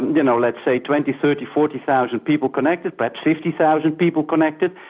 you know let's say, twenty, thirty, forty thousand people connected, perhaps fifty thousand people connected,